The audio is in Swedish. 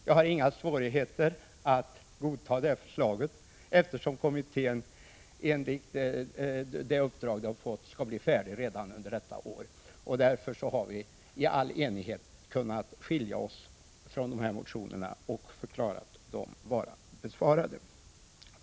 Jag har inga svårigheter att godta de förslagen, eftersom kommittén enligt de uppdrag den fått skall bli färdig under detta år. Därför har vi i all enighet kunnat förklara dessa motioner besvarade.